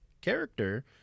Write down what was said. character